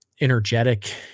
energetic